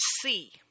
see